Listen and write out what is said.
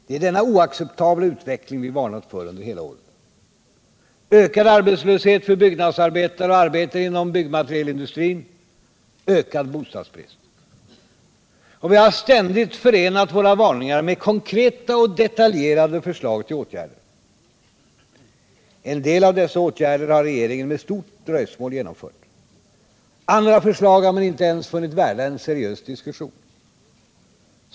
Det är denna oacceptabla utveckling vi varnat för under hela året: ökad arbetslöshet för byggnadsarbetare och arbetare inom byggmaterielindustrin, ökad bostadsbrist. Och vi har ständigt förenat våra varningar med konkreta och detaljerade förslag till åtgärder. En del av dessa åtgärder har regeringen med stort dröjsmål genomfört. Andra förslag har man inte ens funnit värda en seriös diskussion.